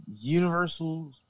Universal